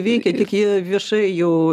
veikia tik jie viešai jau